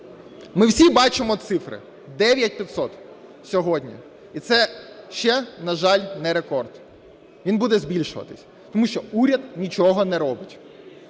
Ми всі бачимо цифри – 9 тисяч 500 сьогодні. І це ще, на жаль, не рекорд, він буде збільшуватись, тому що уряд нічого не робить.